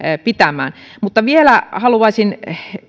pitämään vielä haluaisin